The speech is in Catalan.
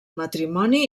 matrimoni